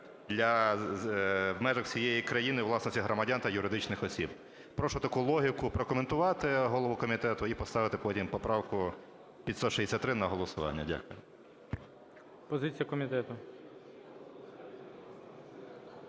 для… в межах всієї країни у власності громадян та юридичних осіб. Прошу таку логіку прокоментувати голову комітету і поставити потім поправку 563 на голосування. Дякую. ГОЛОВУЮЧИЙ. Позиція комітету.